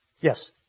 Yes